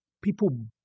people